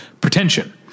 pretension